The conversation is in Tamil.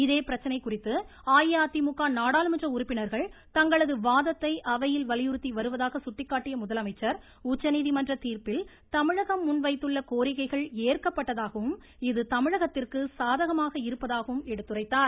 இதே பிரச்னை குறித்து அஇஅதிமுக நாடாளுமன்ற உறுப்பினர்கள் தங்களது வாதத்தை அவையில் வலியுறுத்தி வருவதாக சுட்டிக்காட்டிய முதலமைச்சர் உச்சநீதிமன்ற தீர்ப்பில் தமிழகம் முன்வைத்துள்ள கோரிக்கைகள் ஏற்கப்பட்டதாகவும் இது தமிழகத்திற்கு சாதகமாக இருப்பதாகவும் எடுத்துரைத்தார்